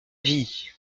vie